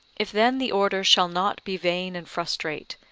if then the order shall not be vain and frustrate,